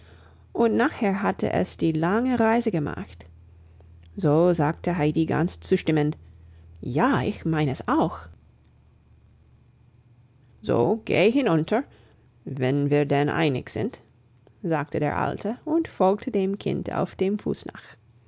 und nachher hatte es die lange reise gemacht so sagte heidi ganz zustimmend ja ich mein es auch so geh hinunter wenn wir denn einig sind sagte der alte und folgte dem kind auf dem fuß nach